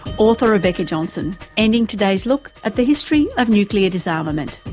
author rebecca johnson, ending today's look at the history of nuclear disarmament.